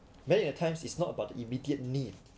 many a times it's not about the immediate need